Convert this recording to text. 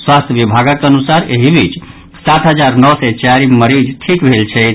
स्वास्थ्य विभागक अनुसार एहि बीच सात हजार नओ सय चारि मरीज ठीक भेल छथि